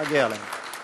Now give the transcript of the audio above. מגיע להם.